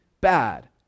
bad